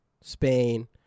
Spain